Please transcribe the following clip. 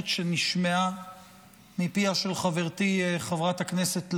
שנשמעה מפיה של חברתי חברת הכנסת לזימי,